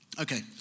Okay